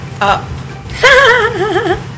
up